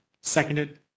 seconded